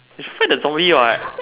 should fight the zombie what